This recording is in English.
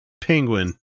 penguin